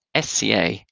SCA